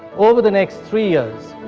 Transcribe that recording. over the next three years,